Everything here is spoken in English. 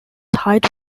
tied